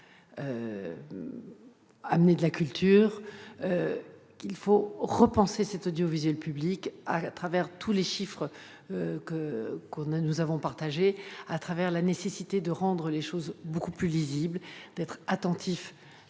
amener de la culture -, il faut repenser l'audiovisuel public au regard de tous les chiffres que nous avons partagés, en tenant compte de la nécessité de rendre les choses beaucoup plus lisibles et d'être attentifs